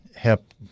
Help